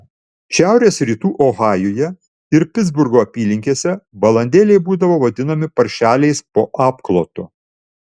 šiaurės rytų ohajuje ir pitsburgo apylinkėse balandėliai būdavo vadinami paršeliais po apklotu